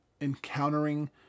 encountering